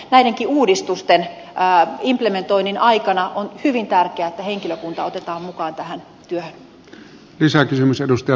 näidenkin uudistusten implementoinnin aikana on hyvin tärkeää että henkilökunta otetaan mukaan tähän työhön